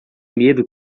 medo